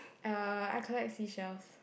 uh I collect sea shells